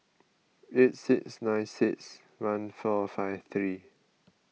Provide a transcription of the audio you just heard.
eight six nine six one four five three